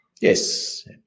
Yes